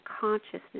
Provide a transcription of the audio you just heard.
consciousness